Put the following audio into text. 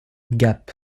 gap